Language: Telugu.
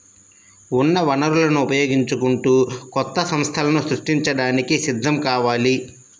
ఉన్న వనరులను ఉపయోగించుకుంటూ కొత్త సంస్థలను సృష్టించడానికి సిద్ధం కావాలి